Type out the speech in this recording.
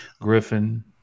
Griffin